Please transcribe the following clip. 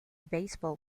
baseball